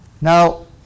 Now